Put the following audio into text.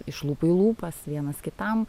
iš lūpų į lūpas vienas kitam